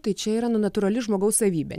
tai čia yra na natūrali žmogaus savybė